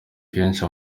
kenshi